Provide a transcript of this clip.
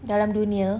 dalam dunia